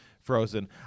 frozen